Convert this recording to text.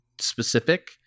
specific